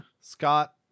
Scott